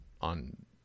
on